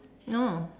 oh